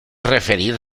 referir